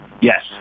Yes